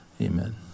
Amen